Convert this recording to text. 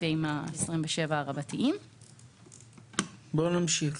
בואו נמשיך.